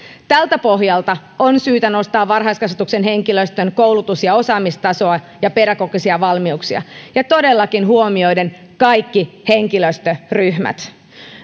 tältä pohjalta on syytä nostaa varhaiskasvatuksen henkilöstön koulutus ja osaamistasoa ja pedagogisia valmiuksia ja todellakin huomioiden kaikki henkilöstöryhmät